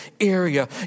area